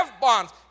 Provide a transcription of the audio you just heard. bonds